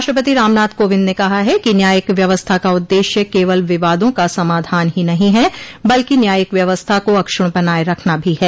राष्ट्रपति रामनाथ कोविंद ने कहा है कि न्यायिक व्यवस्था का उददेश्य केवल विवादों का समाधान ही नहीं है बल्कि न्यायिक व्यवस्था को अक्ष्णण बनाये रखना भी है